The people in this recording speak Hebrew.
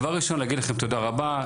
דבר ראשון להגיד לכם תודה רבה,